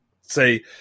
say